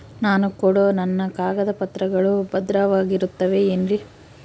ನಾನು ಕೊಡೋ ನನ್ನ ಕಾಗದ ಪತ್ರಗಳು ಭದ್ರವಾಗಿರುತ್ತವೆ ಏನ್ರಿ?